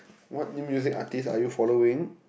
what new music artiste are you following